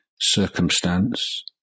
circumstance